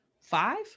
five